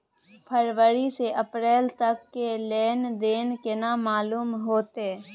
फरवरी से अप्रैल तक के लेन देन केना मालूम होते?